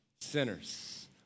sinners